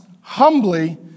humbly